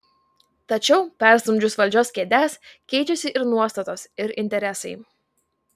tačiau perstumdžius valdžios kėdes keičiasi ir nuostatos ir interesai